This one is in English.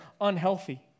unhealthy